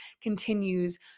continues